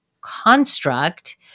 construct